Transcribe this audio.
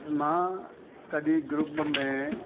मां कॾहिं ग्रुप में